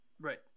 Right